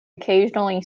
occasionally